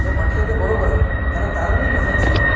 हे म्हटले ते बरोबर आहे त्याला कारणही तसंच आहे